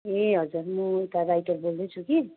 ए हजुर म यता राइटर बोल्दैछु कि